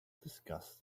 discuss